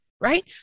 Right